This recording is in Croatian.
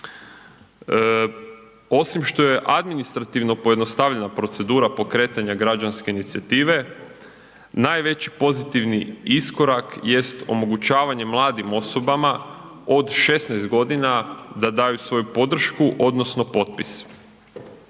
Osim što je administrativno pojednostavljena procedura pokretanja građanske inicijative, najveći pozitivni iskorak jest omogućavanje mladim osobama od 16.g. da daju svoju podršku odnosno potpis.